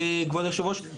כבוד היושב ראש,